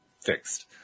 fixed